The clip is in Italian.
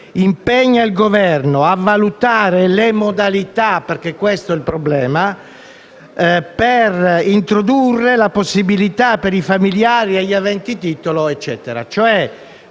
«impegna il Governo a valutare le modalità - è questo il problema - per introdurre la possibilità per i familiari (o gli aventi titolo) di